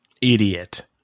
Idiot